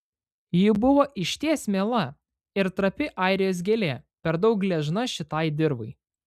ji buvo išties miela ir trapi airijos gėlė per daug gležna šitai dirvai